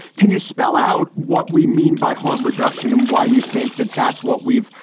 can you spell out what we mean by harm reduction and why you think that that's what we've,